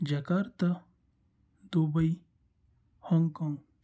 Jakarta Dubai Hong Kong